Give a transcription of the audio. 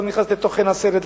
לא נכנס לתוכן הסרט,